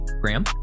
Graham